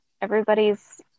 Everybody's